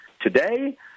today